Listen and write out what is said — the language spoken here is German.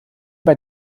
bei